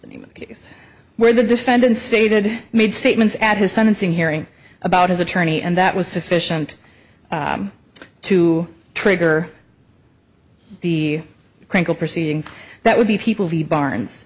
the name of a case where the defendant stated made statements at his sentencing hearing about his attorney and that was sufficient to trigger the crinkled proceedings that would be people v barnes